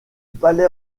palais